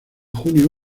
junio